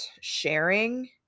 sharing